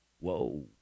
whoa